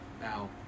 Now